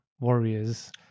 warriors